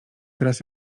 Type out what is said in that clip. teraz